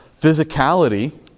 physicality